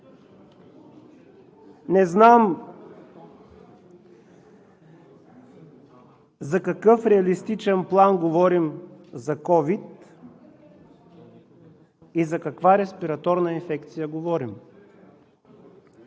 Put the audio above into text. Не знам за какъв реалистичен план говорим за COVID и за каква респираторна инфекция говорим.